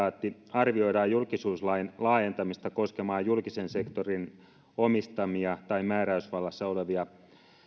arvioidaan julkisuuslain laajentamista koskemaan julkisen sektorin omistamia tai määräysvallassa olevia